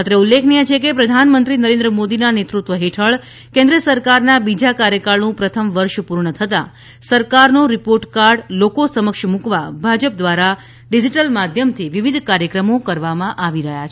અત્રે ઉલ્લેખનીય છે કે પ્રધાનમંત્રી નરેન્દ્ર મોદીના નેતૃત્વ હેઠળ કેન્દ્ર સરકારના બીજા કાર્યકાળનું પ્રથમ વર્ષ પૂર્ણ થતાં સરકારનું રીપોર્ટ કાર્ડ લોકો સમક્ષ મુકવા ભાજપા દ્વારા ડીજીટલ માધ્યમથી વિવિધ કાર્યક્રમો કરવામાં આવી રહ્યા છે